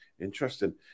Interesting